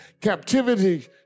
captivity